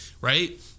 right